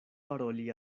paroli